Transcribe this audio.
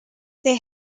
they